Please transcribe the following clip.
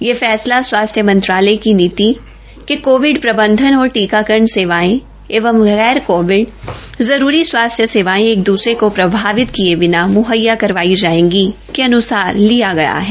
यह फैसला स्वास्थ्य मंत्रालय की नीति कोविड प्रबंधन और टीकाकरण सेवायें एवं गैर कोविड जरूरी स्वास्थ्य सेवायें एक द्सरे को प्रभावित किये जबना मुहैया करवाई जायेगी के अन्सार लिया गया है